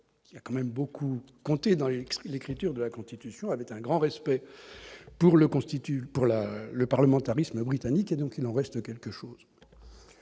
qui a beaucoup compté dans l'écriture de la Constitution, avait un grand respect pour le parlementarisme britannique, dont il reste ici quelque chose